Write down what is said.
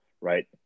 right